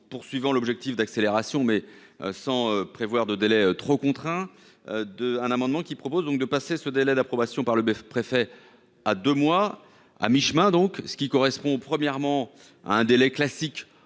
poursuivant l'objectif d'accélération mais sans prévoir de délais trop contraint de un amendement qui propose donc de passer ce délai d'approbation par le préfet. À deux mois à mi-chemin. Donc ce qui correspond au premièrement à un délai classique